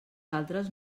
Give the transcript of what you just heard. altres